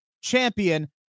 champion